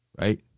Right